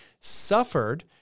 suffered